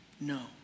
No